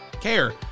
care